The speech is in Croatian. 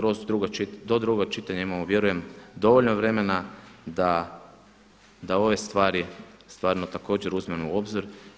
Do drugog čitanja imamo vjerujem dovoljno vremena da ove stvari stvarno također uzmemo u obzir.